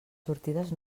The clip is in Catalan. sortides